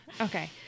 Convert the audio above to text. Okay